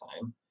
time